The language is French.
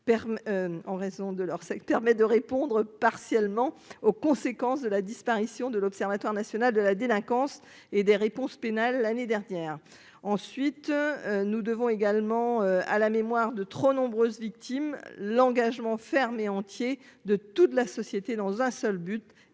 permet de répondre partiellement aux conséquences de la disparition de l'Observatoire national de la délinquance et des réponses pénales l'année dernière, ensuite, nous devons également à la mémoire de trop nombreuses victimes l'engagement ferme et entier de toute la société dans un seul but